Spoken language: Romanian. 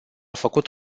făcut